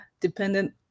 dependent